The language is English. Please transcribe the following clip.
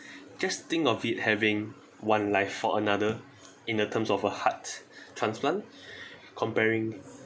just think of it having one life for another in the terms of a heart transplant comparing